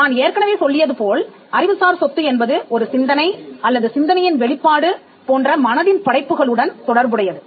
நான் ஏற்கனவே சொல்லியது போல் அறிவுசார் சொத்து என்பது ஒரு சிந்தனை அல்லது சிந்தனையின் வெளிப்பாடு போன்ற மனதின் படைப்புகளுடன் தொடர்புடையது